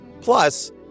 Plus